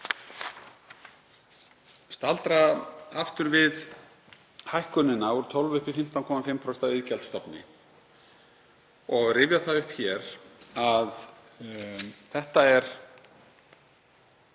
staldra aftur við hækkunina úr 12% upp í 15,5% af iðgjaldsstofni og rifja það upp hér að þetta er